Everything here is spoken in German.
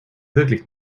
wirklich